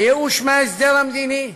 הייאוש מההסדר המדיני,